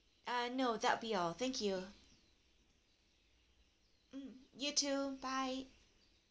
uh no that'll be all thank you mm you too bye